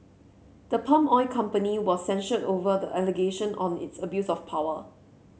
the palm oil company was censured over the allegation on its abuse of power